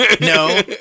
No